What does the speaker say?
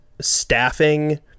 staffing